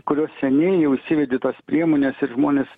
kurios seniai jau įsivedė tas priemones ir žmonės